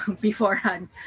beforehand